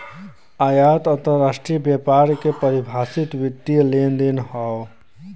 आयात अंतरराष्ट्रीय व्यापार के परिभाषित वित्तीय लेनदेन हौ